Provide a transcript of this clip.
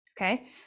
Okay